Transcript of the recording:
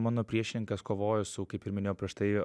mano priešininkas kovojo su kaip ir minėjau prieš tai